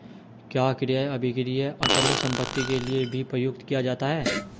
क्या क्रय अभिक्रय अचल संपत्ति के लिये भी प्रयुक्त किया जाता है?